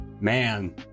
Man